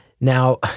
Now